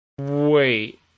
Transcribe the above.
Wait